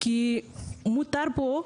כי מותר פה,